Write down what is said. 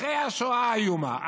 אחרי השואה האיומה,